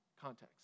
context